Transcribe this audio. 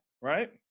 right